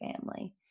family